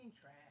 trash